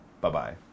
bye-bye